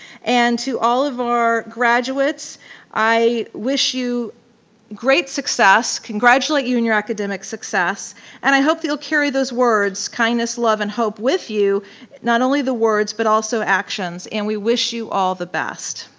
and to all of our graduates i wish you great success, congratulate you in your academic success and i hope you'll carry those words, kindness, love, and hope with you not only the words but also actions and we wish you all the best.